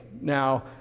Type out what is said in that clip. Now